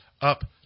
up